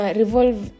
revolve